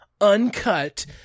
uncut